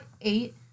eight